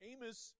Amos